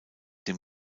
dem